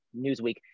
Newsweek